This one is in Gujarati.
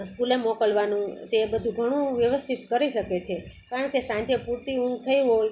સ્કૂલે મોકલવાનું તે બધું ઘણું વ્યવસ્થિત કરી શકે છે કારણ કે સાંજે પૂરતી ઊંઘ થઈ હોય